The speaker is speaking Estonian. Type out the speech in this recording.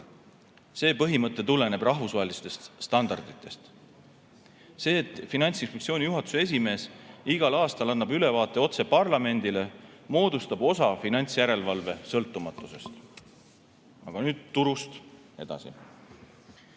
See põhimõte tuleneb rahvusvahelistest standarditest. See, et Finantsinspektsiooni juhatuse esimees annab igal aastal ülevaate otse parlamendile, moodustab osa finantsjärelevalve sõltumatusest. Aga nüüd turust edasi.